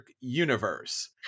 universe